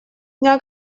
дня